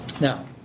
Now